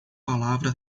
palavra